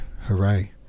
hooray